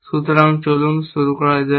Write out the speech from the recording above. সুতরাং চলুন শুরু করা যাক